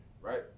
right